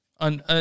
On